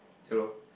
hero